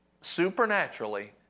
supernaturally